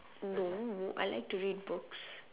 no I like to read books